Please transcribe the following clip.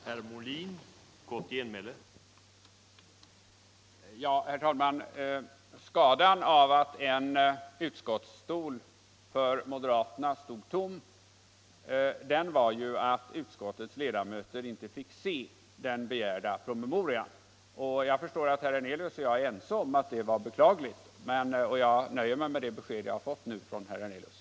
Herr talman! Skadan av att en utskottstol, en av moderaternas, stod tom bestod ju i att utskottets ledamöter inte fick se den begärda promemorian. Jag förstår att herr Hernelius och jag är ense om att detta var beklagligt. Jag nöjer mig med det besked jag nu fått från herr Hernelius.